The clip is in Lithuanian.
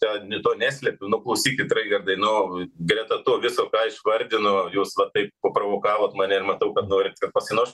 čia ne to neslepiu nu klausykit raigardai nu greta to viso ką išvardino jūs va taip paprovokavot mane ir matau kad norit kad pasiruošt